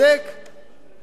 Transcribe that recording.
יש פה הרבה היגיון.